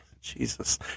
Jesus